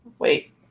Wait